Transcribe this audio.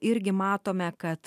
irgi matome kad